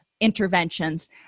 interventions